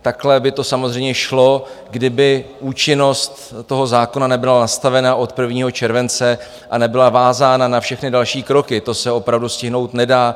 Takhle by to samozřejmě šlo, kdyby účinnost toho zákona nebyla nastavena od 1. července a nebyla vázána na všechny další kroky, to se opravdu stihnout nedá.